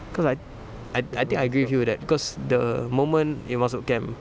cause I I I think I agree with you with that cause the moment you masuk camp